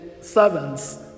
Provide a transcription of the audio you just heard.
servants